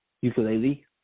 Ukulele